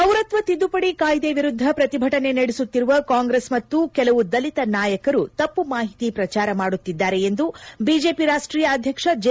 ಪೌರತ್ವ ತಿದ್ದುಪಡಿ ಕಾಯ್ದೆ ವಿರುದ್ದ ಪ್ರತಿಭಟನೆ ನಡೆಸುತ್ತಿರುವ ಕಾಂಗ್ರೆಸ್ ಮತ್ತು ಕೆಲವು ದಲಿತ ನಾಯಕರು ತಪ್ಪು ಮಾಹಿತಿ ಪ್ರಚಾರ ಮಾಡುತ್ತಿದ್ದಾರೆ ಎಂದು ಬಿಜೆಪಿ ರಾಷ್ಷೀಯ ಅಧ್ಯಕ್ಷ ಜೆ